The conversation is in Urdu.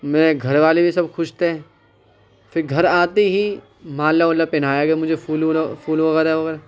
میرے گھر والے بھی سب خوش تھے پھر گھر آتے ہی مالا والا پہنایا گیا مجھے پھول پھول وغیرہ وغیرہ